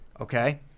okay